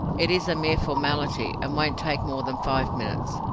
it is a mere formality, and won't take more than five minutes.